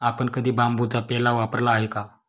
आपण कधी बांबूचा पेला वापरला आहे का?